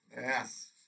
Yes